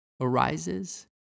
Arises